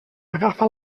agafa